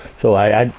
so, i,